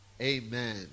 Amen